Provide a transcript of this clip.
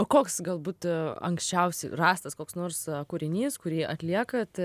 o koks galbūt anksčiausiai rastas koks nors kūrinys kurį atliekat